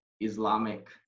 Islamic